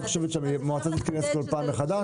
את חושבת שהמועצה תתכנס כל פעם מחדש?